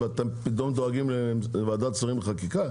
אתם פתאום דואגים לוועדת שרים לחקיקה?